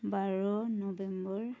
বাৰ November